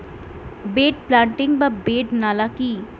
Bed planting বা bed নালা কি?